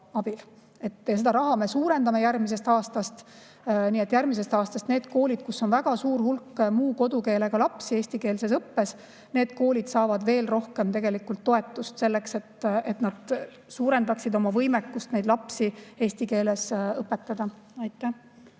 Seda raha me suurendame järgmisest aastast. Nii et järgmisest aastast saavad need koolid, kus on väga suur hulk muu kodukeelega lapsi eestikeelses õppes, veel rohkem toetust, selleks et nad suurendaksid oma võimekust eesti keeles õpetada. Aitäh!